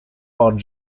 odd